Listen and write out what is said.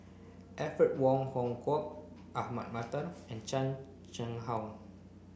Alfred Wong Hong Kwok Ahmad Mattar and Chan Chang How